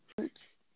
Oops